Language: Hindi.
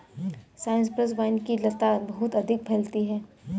साइप्रस वाइन की लता बहुत अधिक फैलती है